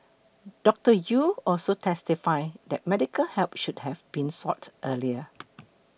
Doctor Yew also testified that medical help should have been sought earlier